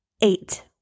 Eight